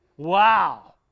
Wow